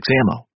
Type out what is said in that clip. ammo